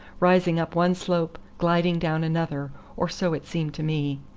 rising up one slope, gliding down another, or so it seemed to me.